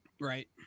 Right